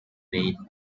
made